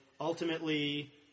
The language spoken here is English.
ultimately